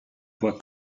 voie